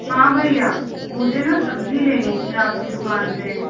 हाँ भैया मुझे न सब्ज़ी लेनी थी आपकी दुकान से